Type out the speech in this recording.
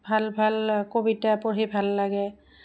ভাল ভাল কবিতা পঢ়ি ভাল লাগে